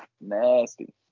nasty